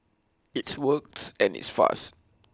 it's works and it's fast